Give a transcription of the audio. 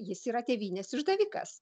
jis yra tėvynės išdavikas